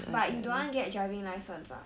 but you don't want get driving license ah